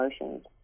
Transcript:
emotions